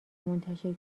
منتشر